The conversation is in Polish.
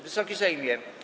Wysoki Sejmie!